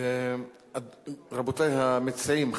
רבותי המציעים,